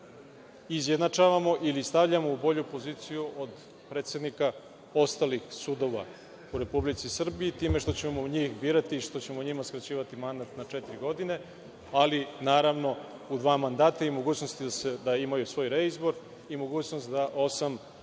izjednačavamo ili stavljamo u bolju poziciju od predsednika ostalih sudova u Republici Srbiji, time što ćemo njih birati i što ćemo njima skraćivati mandat na četiri godine, ali, naravno, u dva mandata i mogućnosti da imaju svoj reizbor i mogućnost da osam